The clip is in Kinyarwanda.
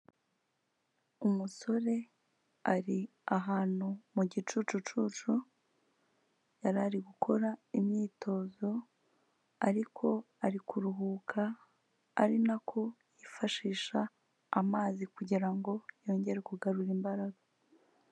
Umusore ari ahantu mu gicucucucu, yari ari gukora imyitozo ariko ari kuruhuka, ari na ko yifashisha amazi kugira ngo yongere kugarura imbaraga.